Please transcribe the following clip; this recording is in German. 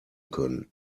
können